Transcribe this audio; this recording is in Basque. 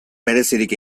berezirik